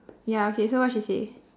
ya okay so what she say